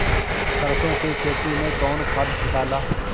सरसो के खेती मे कौन खाद छिटाला?